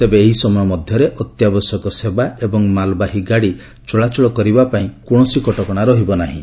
ତେବେ ଏହି ସମୟ ମଧ୍ୟରେ ଅତ୍ୟାବଶ୍ୟକ ସେବା ଏବଂ ମାଲବାହୀ ଗାଡ଼ି ଚଳାଚଳ କରିବାପାଇଁ କୌଣସି କଟକଣା ରହିବ ନାହିଁ